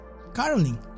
caroling